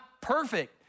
perfect